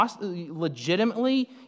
legitimately